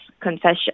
confession